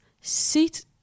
sit